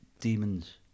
demons